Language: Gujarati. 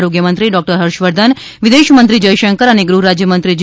આરોગ્યમંત્રી ડોક્ટર હર્ષવર્ધન વિદેશમંત્રી જયશંકર અને ગૃહરાજ્યમંત્રી જી